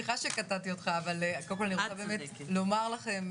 סליחה שקטעתי אותך אבל קודם כל אני רוצה באמת לומר לכם,